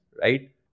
right